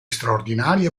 straordinarie